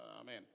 Amen